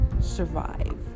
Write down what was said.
survive